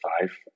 five